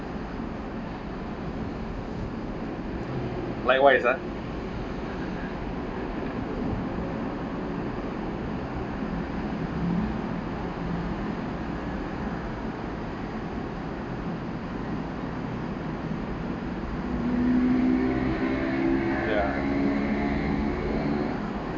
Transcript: likewise ah ya